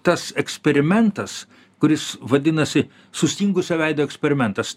tas eksperimentas kuris vadinasi sustingusio veido eksperimentas